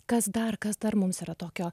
kas dar kas dar mums yra tokio